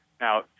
Now